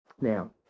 Now